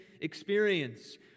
experience